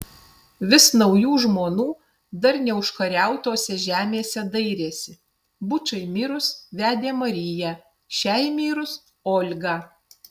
vis naujų žmonų dar neužkariautose žemėse dairėsi bučai mirus vedė mariją šiai mirus olgą